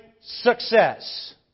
success